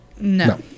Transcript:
No